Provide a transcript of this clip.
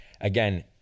Again